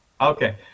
Okay